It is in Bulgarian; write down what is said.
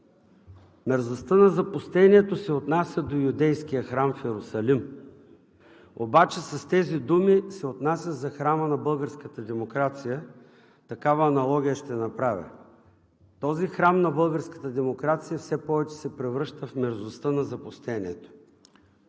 Мерзостта на запустението се отнася до юдейския храм в Йерусалим. Обаче тези думи се отнасят за храма на българската демокрация. Такава аналогия ще направя. Този храм на българската демокрация все повече се превръща в мерзостта на запустението.